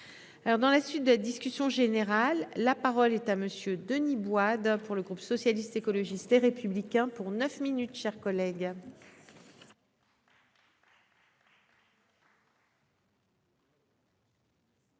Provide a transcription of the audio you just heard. dans la suite de la discussion générale. La parole est à monsieur Denis Bois-d'pour le groupe socialiste, écologiste et républicain pour 9 minutes, chers collègues.